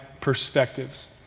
perspectives